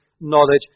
knowledge